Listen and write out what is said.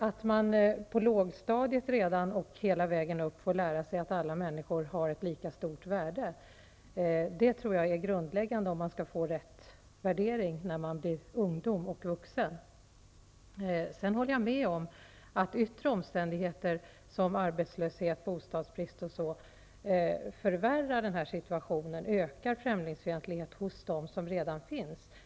Att man redan på lågstadiet och hela vägen upp i klasserna får lära sig att alla människor har ett lika stort värde tror jag är grundläggande för om man skall få rätt värdering som ung och vuxen. Jag håller med om att yttre omständigheter, som arbetslöshet, bostadsbrist osv., förvärrar situationen och ökar främlingsfientligheten hos dem som redan har denna inställning.